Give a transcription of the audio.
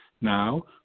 Now